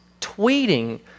tweeting